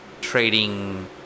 trading